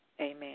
amen